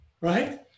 right